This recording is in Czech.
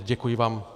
Děkuji vám.